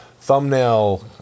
thumbnail